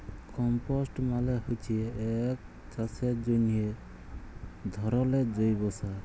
compost মালে হচ্যে এক চাষের জন্হে ধরলের জৈব সার